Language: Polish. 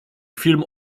film